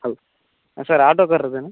ஆ sir ஆட்டோக்காரர் தானே